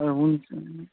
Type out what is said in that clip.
ए हुन्छ ल